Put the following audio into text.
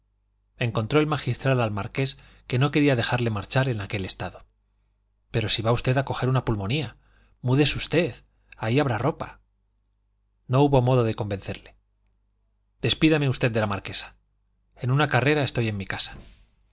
encontró el magistral al marqués que no quería dejarle marchar en aquel estado pero si va usted a coger una pulmonía múdese usted ahí habrá ropa no hubo modo de convencerle despídame usted de la marquesa en una carrera estoy en mi casa